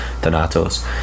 Thanatos